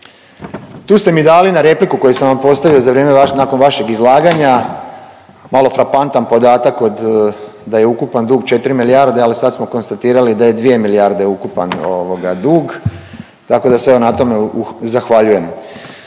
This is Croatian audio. Tu ste mi dali na repliku koju sam vam postavio nakon vašeg izlaganja malo frapantan podatak da je ukupan dug 4 milijarde, ali sad smo konstatirali da je 2 milijarde ukupan dug, tako da se evo na tome zahvaljujem.